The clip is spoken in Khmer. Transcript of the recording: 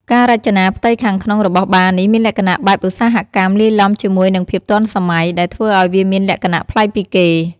ការរចនាផ្ទៃខាងក្នុងរបស់បារនេះ មានលក្ខណៈបែបឧស្សាហកម្មលាយឡំជាមួយនឹងភាពទាន់សម័យ ដែលធ្វើឱ្យវាមានលក្ខណៈប្លែកពីគេ។